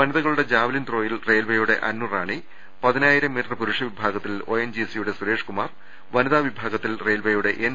വനി തകളുടെ javelin ത്രോയിൽ റെയിൽവേയുടെ അന്നുറാണി പതി നായിരം metre പൂരുഷ വിഭാഗത്തിൽ ഒഎൻജിസിയുടെ സുരേഷ് കുമാർ വനിതാ വിഭാഗത്തിൽ റെയിൽവെയുടെ എൻ